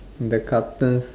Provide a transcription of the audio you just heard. the cartoons